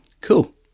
Cool